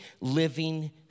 living